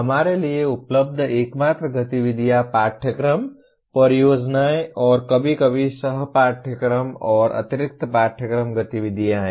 हमारे लिए उपलब्ध एकमात्र गतिविधियाँ पाठ्यक्रम परियोजनाएँ और कभी कभी सह पाठयक्रम और अतिरिक्त पाठयक्रम गतिविधियाँ हैं